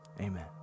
amen